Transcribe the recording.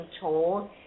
told